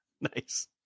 Nice